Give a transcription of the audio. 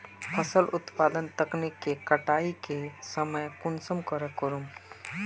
फसल उत्पादन तकनीक के कटाई के समय कुंसम करे करूम?